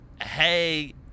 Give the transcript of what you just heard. hey